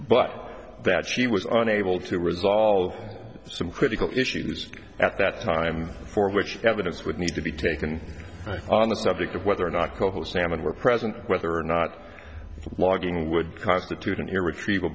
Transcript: but that she was unable to resolve some critical issues at that time for which evidence would need to be taken on the subject of whether or not coho salmon were present whether or not logging would constitute an irretriev